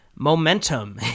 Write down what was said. Momentum